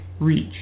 reach